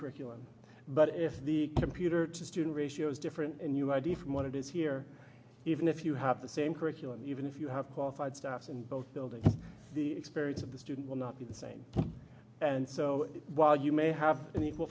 curriculum but if the computer to student ratio is different and you idea from what it is here even if you have the same curriculum even if you have qualified staff in both buildings the experience of the student will not be the same and so while you may have an equal